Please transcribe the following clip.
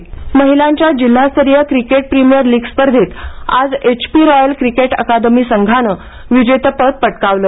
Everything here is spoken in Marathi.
महिला क्रिकेट महिलांच्या जिल्हास्तरीय क्रिकेट प्रिमियर लीग स्पर्धेत आज एचपी रॉयल क्रिकेट अकादमी संघाने विजेतेपद पटकावले